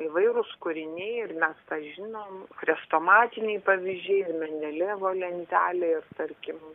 įvairūs kūriniai ir mes tą žinom chrestomatiniai pavyzdžiai mendelejevo lentelė ir tarkim